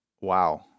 wow